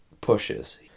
pushes